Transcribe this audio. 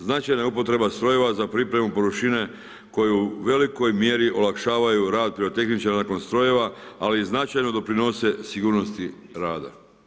Značajna je upotreba strojeva za pripremu površine koja u velikoj mjeri olakšavaju rad pirotehničara nakon strojeva, ali i značajno doprinose sigurnosti rada.